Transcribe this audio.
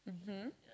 mmhmm